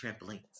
trampolines